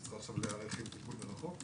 היא צריכה עכשיו להיערך לטיפול מרחוק?